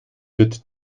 wird